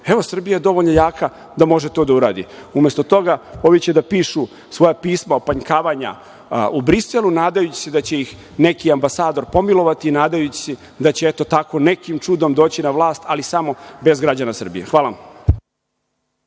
Evo, Srbija je dovoljno jaka da može to da uradi. Umesto toga, ovi će da pišu svoja pisma, opanjkavanja u Briselu, nadajući se da će ih neki ambasador pomilovati, nadajući se da će nekim čudom doći na vlast, ali samo bez građana Srbije. Hvala.